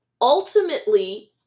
ultimately